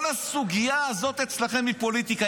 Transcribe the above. כל הסוגיה הזאת אצלכם היא פוליטיקה.